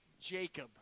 Jacob